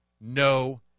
No